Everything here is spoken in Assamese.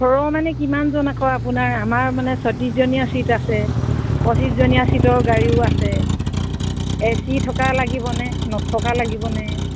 ঘৰৰ মানে কিমানজন আকৌ আপোনাৰ আমাৰ মানে ছয়ত্ৰিছজনীয়া ছিট আছে পঁচিছজনীয়া ছিটৰ গাড়ীও আছে এ চি থকা লাগিবনে নথকা লাগিবনে